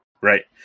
right